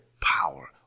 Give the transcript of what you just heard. power